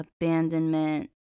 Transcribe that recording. abandonment